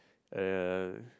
and